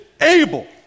able